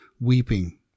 weeping